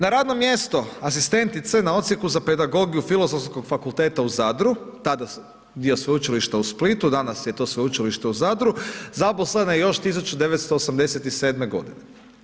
Na radno mjesto asistentice na Odsjeku za pedagogiju Filozofskog fakulteta u Zadru, tada dio Sveučilišta u Splitu, danas je to Sveučilište u Zadru, zaposlena je još 1987. godine.